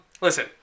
Listen